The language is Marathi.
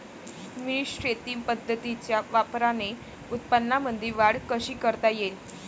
मिश्र शेती पद्धतीच्या वापराने उत्पन्नामंदी वाढ कशी करता येईन?